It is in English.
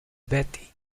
betty